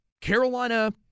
Carolina